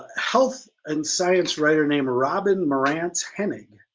health and science writer named robin marantz henig,